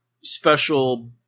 special